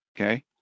Okay